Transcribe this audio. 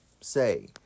Say